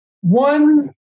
One